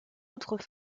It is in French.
outre